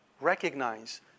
recognize